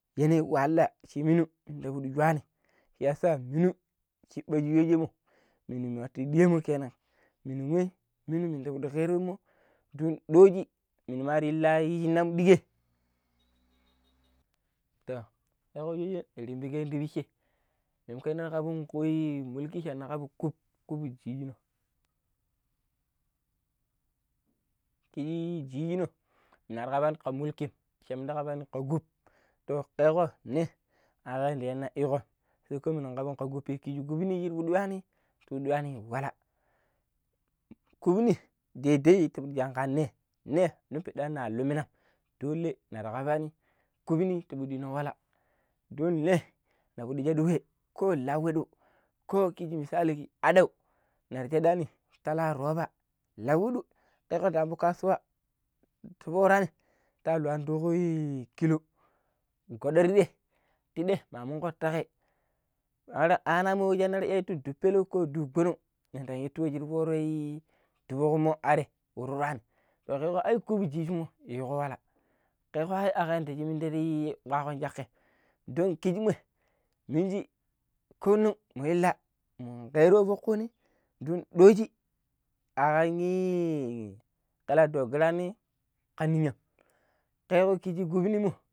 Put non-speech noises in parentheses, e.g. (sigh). ﻿Yanayi wahala shi minu sha pidi shuani shiyasa minu shibba shi shooje mom minu nwatu diyeemu kenan minun we minu minda fudu keeron mo don dooji minu mar illa yi shinaamu diƙƙei (noise) to ƙeeƙo shoojen rimbiƙeno tipicce memukoi naa ƙaaɓun ko i mulki shana ƙaaɓu kup- kup yi jijino (hesitation) kiji ii jijino nar ƙaaɓuani ka mulki shemida n ƙabani ka kup to ƙeƙo ne aƙam di yanna iƙo saiko minda kabaani minu kabun ka kup kiji kupni shir pidi yuani to yuani wala kupni daidai njankan ne ne shipidan shan lo mina dole margabani kupni tibido wala don ne na pidi shaddu we kolauwiu ko kiji misali adau ner shadaani ta laa roba lauwidiu keko nda avo kasuwa ti pudu foraani ta lua tkudei tii killo goddo tidei tidei ma munko takai banata anummo wei shina ta ti ivu luttu peleu, kogbonong nen ndan itu we shir foro lutu bummo arai nwaro to kekko ai i kup jijimmu yiiko wala kekko akam yadda shi minda kpakon cakkai don kijimmoi miniji ko nong mun illa mun kero we fok kuni don doji akan (hesitation) kela dogaraani ka i ninyam. kaigo kuji gujbimino.